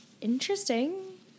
interesting